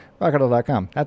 RockAuto.com